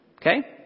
Okay